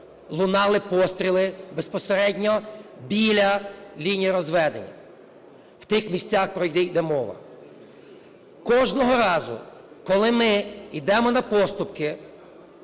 лунали постріли безпосередньо біля лінії розведення, в тих місцях, про які йде мова. Кожного разу, коли ми йдемо на поступки